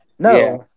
No